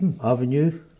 avenue